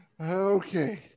Okay